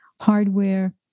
hardware